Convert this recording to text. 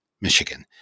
Michigan